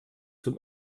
zum